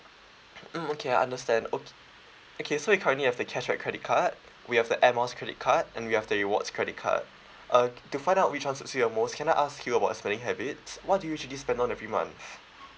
mm okay I understand okay okay so we currently have the cashback credit card we have the air miles credit card and we have the rewards credit card uh to find out which one suits you the most can I ask you about spending habits what do you usually spend on every month